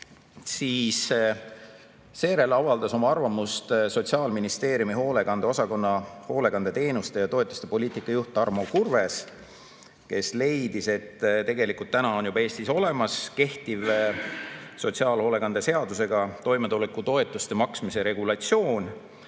Seejärel avaldas oma arvamust Sotsiaalministeeriumi hoolekande osakonna hoolekandeteenuste ja ‑toetuste poliitika juht Tarmo Kurves, kes leidis, et tegelikult on Eestis juba olemas kehtiv sotsiaalhoolekande seadusega [reguleeritud] toimetulekutoetuste maksmise regulatsioon